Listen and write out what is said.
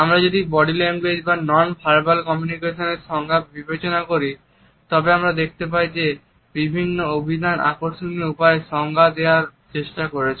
আমরা যদি body language বা নন ভার্বাল কমিউনিকেশন এর সংজ্ঞা বিবেচনা করি তবে আমরা দেখতে পাই যে বিভিন্ন অভিধান আকর্ষণীয় উপায়ে সংজ্ঞা দেওয়ার চেষ্টা করেছে